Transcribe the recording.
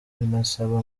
binasaba